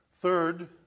third